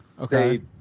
Okay